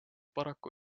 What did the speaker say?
paraku